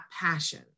passion